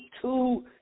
two